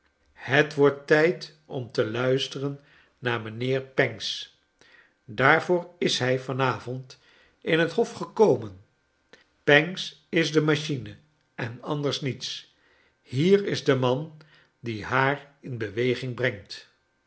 het wordt tijd om te luisteren naar mijnheer pancks i daarvoor is hij van avond in het hof gekomen pancks is de machine en anders niets hier is de man die haai in beweging brengt